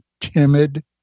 timid